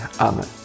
Amen